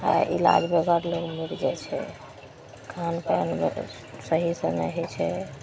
आइ इलाज बेगर लोक मरि जाइ छै खानपान सहीसे नहि होइ छै